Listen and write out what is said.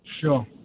Sure